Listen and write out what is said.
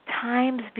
times